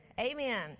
Amen